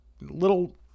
little